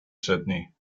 sydney